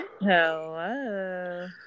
Hello